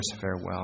farewell